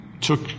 took